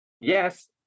yes